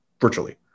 virtually